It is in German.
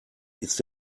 ist